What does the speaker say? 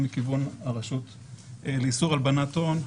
אם מכיוון הרשות לאיסור להבנת הון,